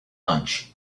lunch